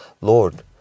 lord